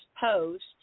post